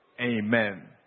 amen